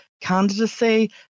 candidacy